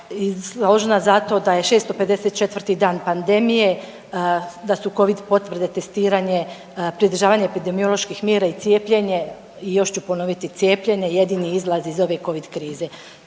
složna zato da je 654. dan pandemije, da su Covid potvrde, testiranje, pridržavanje epidemioloških mjera i cijepljenje i još ću ponoviti cijepljenje jedini izlaz iz ove Covid krize.